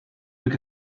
book